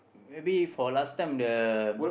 maybe for last time the